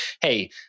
hey